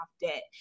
debt